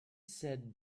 said